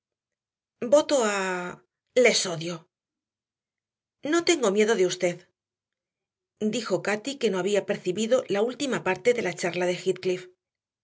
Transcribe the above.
voto a les odio no tengo miedo de usted dijo cati que no había percibido la última parte de la charla de